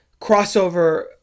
crossover